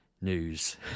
news